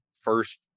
first